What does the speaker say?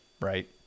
right